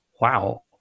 Wow